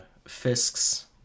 fisk's